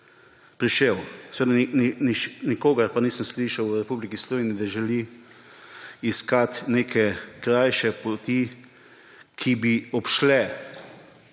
prišel, nikogar pa nisem slišal v Republiki Sloveniji, da želi iskati neke krajše poti, ki bi obšle